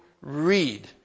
read